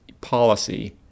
policy